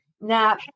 Now